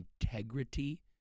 integrity